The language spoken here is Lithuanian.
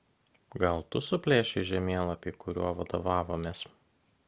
gal tu suplėšei žemėlapį kuriuo vadovavomės